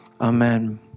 Amen